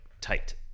tight